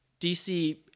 dc